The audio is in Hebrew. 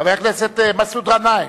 חבר הכנסת מסעוד גנאים,